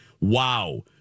wow